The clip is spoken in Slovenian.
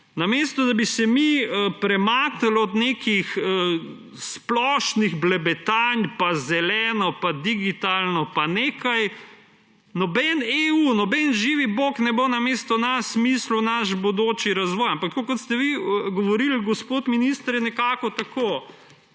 Namesto da bi se mi premaknili od nekih splošnih blebetanj pa zeleno pa digitalno pa nekaj. Noben EU, noben živi bog ne bo namesto nas mislil našega bodočega razvoja. Ampak tako kot ste vi govorili, gospod minister, je nekako tako: